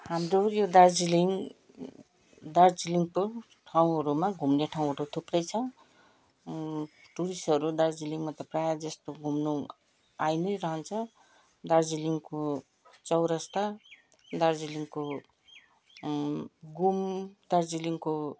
हाम्रो यो दार्जिलिङ दार्जिलिङको ठाउँहरूमा घुम्ने ठाउँहरू थुप्रै छ टुरिस्टहरू दार्जिलिङमा त प्रायःजस्तो घुम्न आइनै रहन्छ दार्जिलिङको चौरस्ता दार्जिलिङको घुम दार्जिलिङको